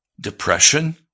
Depression